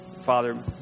Father